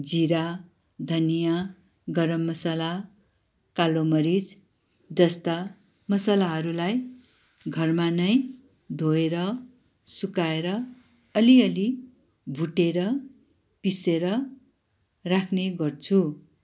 जिरा धनियाँ गरम मसला कालो मरिजजस्ता मसलाहरूलाई घरमा नै धोएर सुकाएर अलिअलि भुटेर पिसेर राख्ने गर्छु